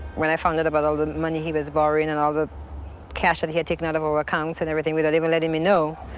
when i found out about all the money he was borrowing and all the cash that he had taken out of all accounts and everything, without even letting me know,